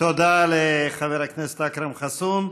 תודה לחבר הכנסת אכרם חסון.